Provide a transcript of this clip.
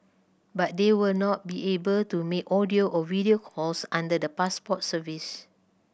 but they will not be able to make audio or video calls under the Passport service